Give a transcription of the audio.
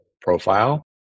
profile